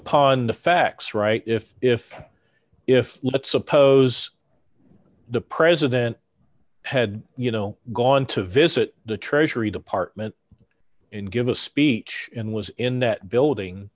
upon the facts right if if if let's suppose the president had you know gone to visit the treasury department and give a speech in was in that building